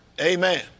Amen